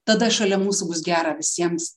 tada šalia mūsų bus gera visiems